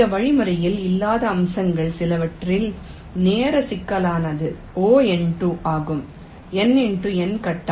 இந்த வழிமுறையில் இல்லாத அம்சங்கள் சிலவற்றில் நேர சிக்கலானது Ο ஆகும் N × N கட்டம்